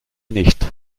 nicht